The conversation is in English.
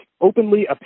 openly